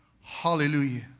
hallelujah